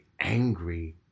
angry